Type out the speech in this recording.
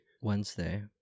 Wednesday